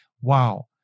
Wow